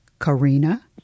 Karina